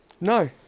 No